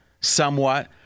somewhat